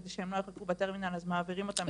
כדי שהם לא יחכו בטרמינל אז מעבירים אותם לשם.